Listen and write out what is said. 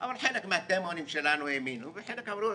אבל חלק מהתימונים שלנו האמינו וחלק אמרו,